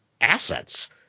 assets